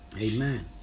Amen